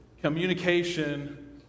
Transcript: communication